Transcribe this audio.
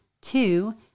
Two